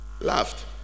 laughed